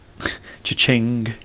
Cha-ching